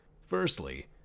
Firstly